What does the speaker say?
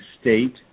state